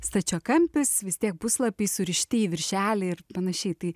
stačiakampis vis tiek puslapiai surišti į viršelį ir panašiai tai